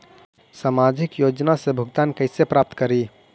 सामाजिक योजना से भुगतान कैसे प्राप्त करी?